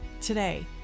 Today